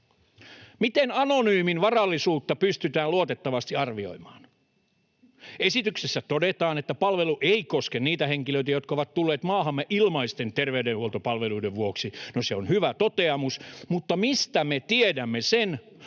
Miten anonyymin varallisuutta pystytään luotettavasti arvioimaan? Esityksessä todetaan, että palvelu ei koske niitä henkilöitä, jotka ovat tulleet maahamme ilmaisten terveydenhuoltopalveluiden vuoksi. No, se on hyvä toteamus, mutta mistä me tiedämme sen,